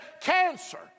Cancer